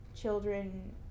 children